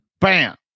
Bam